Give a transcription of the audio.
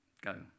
Go